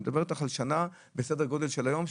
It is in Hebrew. אני מדבר איתך על שנה, בסדר גודל של היום.